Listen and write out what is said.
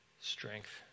strength